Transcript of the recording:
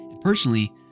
Personally